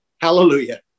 hallelujah